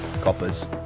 Coppers